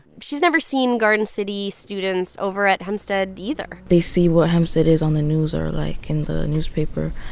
she's never seen garden city students over at hempstead either they see what hempstead is on the news or, like, in the newspaper,